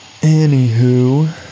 Anywho